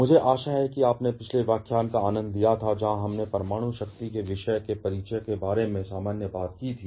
मुझे आशा है कि आपने पिछले व्याख्यान का आनंद लिया था जहां हमने परमाणु शक्ति के विषय के परिचय के बारे में सामान्य बात की थी